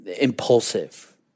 impulsive